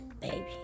baby